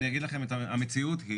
המציאות היא